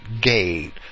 gate